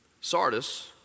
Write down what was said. Sardis